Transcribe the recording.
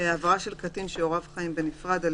(ח)העברה של קטין שהוריו חיים בנפרד על